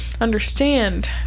understand